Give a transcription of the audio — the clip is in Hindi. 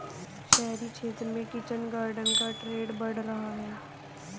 शहरी क्षेत्र में किचन गार्डन का ट्रेंड बढ़ रहा है